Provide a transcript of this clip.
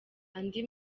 andi